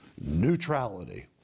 neutrality